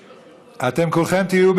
אתם כולכם תהיו,